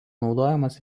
naudojamas